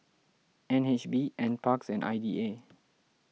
N H B N Parks and I D A